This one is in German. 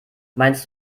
meinst